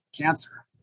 cancer